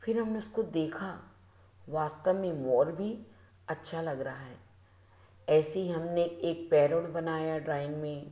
फिर हमने उसको देखा वास्तव में मोर भी अच्छा लग रहा है ऐसे ही हमने एक पैरौट बनाया ड्राइंग में